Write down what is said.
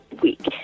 week